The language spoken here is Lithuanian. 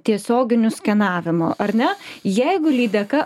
tiesioginiu skenavimu ar ne jeigu lydeka